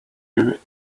you